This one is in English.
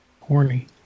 Horny